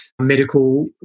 medical